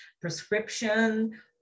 prescription